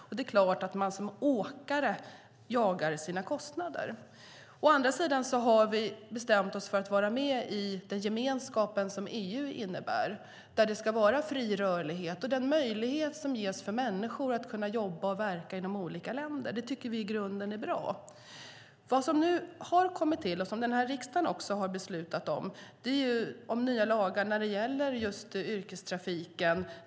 Och det är klart att man som åkare jagar sina kostnader. Å andra sidan har vi bestämt oss för att vara med i den gemenskap som EU innebär och där det ska vara fri rörlighet och ges möjlighet för människor att jobba och verka i de olika länderna. Det tycker vi i grunden är bra. Vad som nu har kommit till, och som den här riksdagen också har beslutat om, är nya lagar när det gäller just yrkestrafiken.